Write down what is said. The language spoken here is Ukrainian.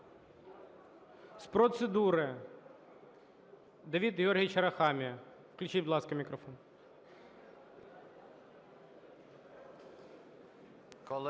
З процедури – Давид Георгійович Арахамія. Включіть, будь ласка, мікрофон.